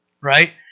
Right